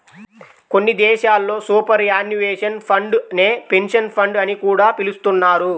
కొన్ని దేశాల్లో superannuation fund నే పెన్షన్ ఫండ్ అని కూడా పిలుస్తున్నారు